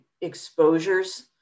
exposures